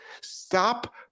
Stop